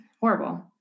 horrible